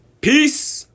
Peace